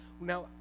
Now